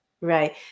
Right